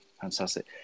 fantastic